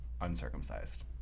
uncircumcised